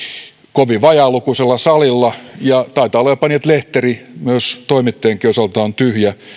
kovin vajaalukuisella salilla ja taitaa olla jopa niin että lehteri toimittajienkin osalta on tyhjä